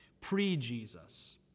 Pre-Jesus